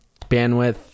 bandwidth